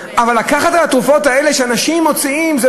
אבל לקחת על התרופות האלה שאנשים מוציאים מכיסם?